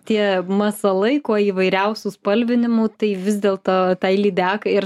tie masalai kuo įvairiausių spalvinimų tai vis dėl to tai lydekai ir